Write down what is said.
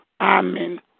Amen